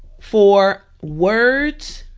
for words